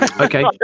Okay